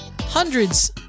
hundreds